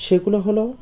সেগুলো হল